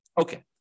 Okay